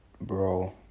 bro